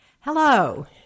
Hello